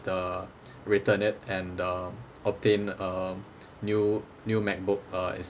uh return it and um obtain um new new macbook uh